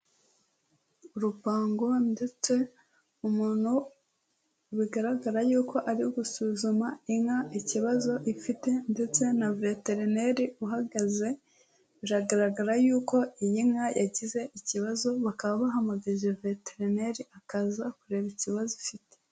Urupango ndetse umuntu bigaragara yuko ari gusuzuma inka ikibazo ifite ndetse na veterineri uhagaze, biragaragara yuko iyi nka yagize ikibazo bakaba bahamagaje veterineri, akaza kureba ikibazo ifite.